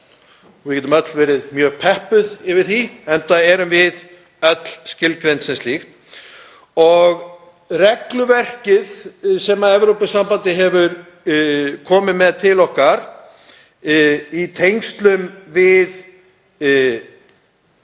við getum öll verið mjög peppuð yfir því, enda erum við öll skilgreind sem slík. Regluverkið sem Evrópusambandið hefur komið með til okkar í tengslum við